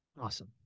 Awesome